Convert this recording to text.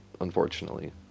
unfortunately